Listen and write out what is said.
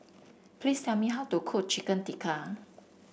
please tell me how to cook Chicken Tikka